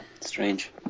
strange